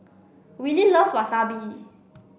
Willie loves Wasabi